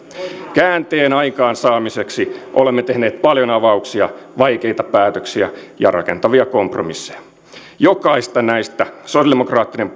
käänteen aikaansaamiseksi olemme tehneet paljon avauksia vaikeita päätöksiä ja rakentavia kompromisseja jokaista näistä sosialidemokraattinen